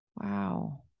Wow